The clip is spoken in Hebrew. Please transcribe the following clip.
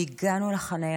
והגענו לחניה,